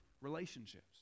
relationships